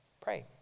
pray